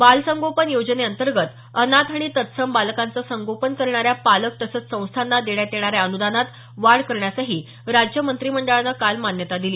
बाल संगोपन योजनेअंतर्गत अनाथ आणि तत्सम बालकांचं संगोपन करणाऱ्या पालक तसंच संस्थांना देण्यात येणाऱ्या अनुदानात वाढ करण्यासही राज्य मंत्रीमंडळानं काल मान्यता दिली